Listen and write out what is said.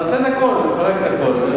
נעשה את הכול, נפרק את הכול.